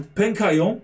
pękają